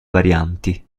varianti